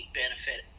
benefit